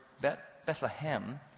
Bethlehem